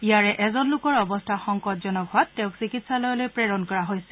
ইয়াৰে এজন লোকৰ অৱস্থা সংকটজনক হোৱাত তেওঁক চিকিৎসালয়লৈ প্ৰেৰণ কৰা হৈছে